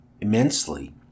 immensely